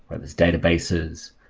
whether it's databases,